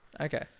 Okay